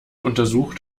untersucht